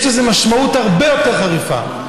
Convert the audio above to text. יש לזה משמעות הרבה יותר חריפה.